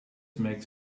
makes